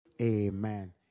Amen